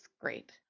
great